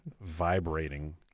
vibrating